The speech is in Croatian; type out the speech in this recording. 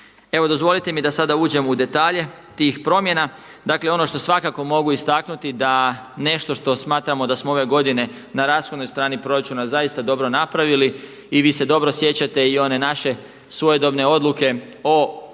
Evo dozvolite mi da sada uđem u detalje tih promjena, dakle ono što svakako mogu istaknuti da nešto što smatramo da smo ove godine na rashodnoj strani proračuna zaista dobro napravili i vi se dobro sjećate i one naše svojedobne odluke o odgodi